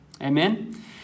Amen